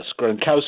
Gronkowski